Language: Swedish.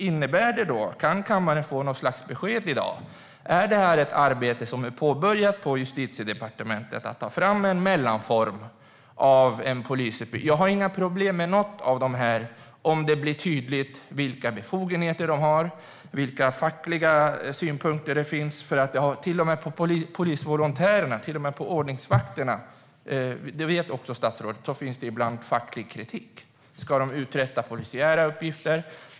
Innebär det att kammaren kan få något slags besked i dag? Är detta ett arbete som är påbörjat på Justitiedepartementet, att ta fram en mellanform av en polisutbildning? Jag har inga problem med något av detta om det blir tydligt vilka befogenheter de har och vilka fackliga synpunkter det finns. Det finns nämligen facklig kritik till och med när det gäller polisvolontärerna och ordningsvakterna, och det vet statsrådet. Ska de uträtta polisiära uppgifter?